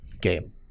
game